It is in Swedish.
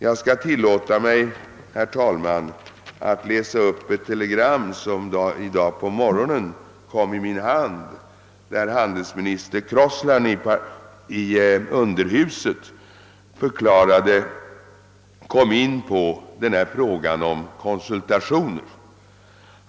Jag skall tillåta mig, herr talman, att läsa upp ett telegram, som i dag på morgonen kom i min hand. Det återger vad handelsminister Crossland yttrade i underhuset beträffande frågan om konsultationer.